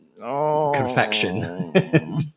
confection